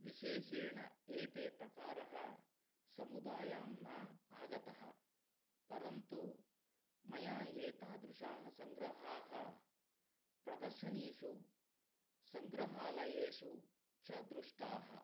विशेषेण एते प्रकारः समुदायां न आगतः परन्तु मया एतादृशाः सङ्ग्रहाः प्रदर्शनीषु सङ्ग्रहालयेषु च दृष्टाः